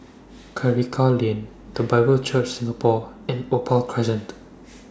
Karikal Lane The Bible Church Singapore and Opal Crescent